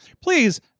please